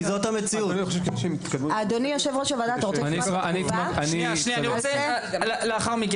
שנייה, שנייה, אני רוצה להתקדם.